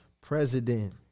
president